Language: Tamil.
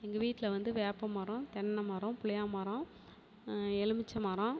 எங்கள் வீட்டில் வந்து வேப்பம் மரம் தென்னைமரம் புளிய மரம் எலுமிச்சை மரம்